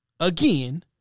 Again